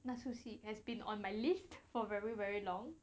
那出戏 has been on my list for very very long